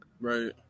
Right